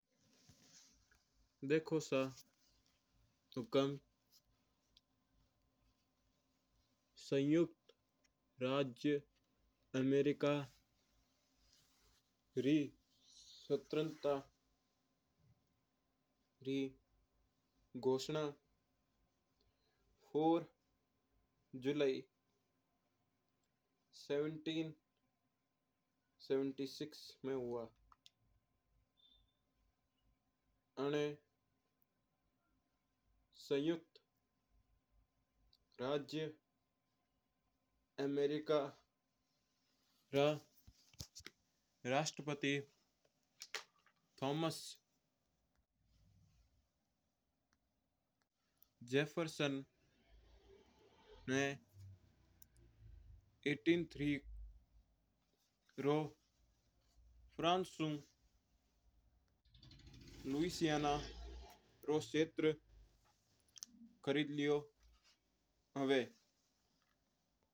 देखो सा हुकम संयुक्त राज्य अमेरिका रे स्वतंत्रता री घोषणा चार जुलाई सत्रह सौ छियत्तर में होयी। आणा संयुक्त राज्य अमेरिका रा राष्ट्रपति थोमस जेफरसन ना अठारह सौ तेरासी रो फ्रांस यू लुस्टिनोरू शेतरा ख्रिद लेवा है।